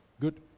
Good